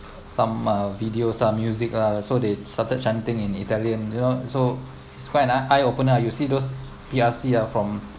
some uh videos some music ah so they started chanting in italian you know so it's quite an eye open ah you see those P_R_C ah from